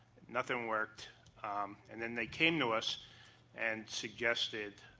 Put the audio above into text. nothing worked and then they came to us and suggested